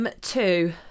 Two